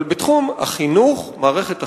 אבל בתחום החינוך, מערכת החינוך,